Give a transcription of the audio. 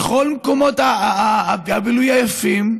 בכל מקומות הבילוי היפים,